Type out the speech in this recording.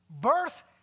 birth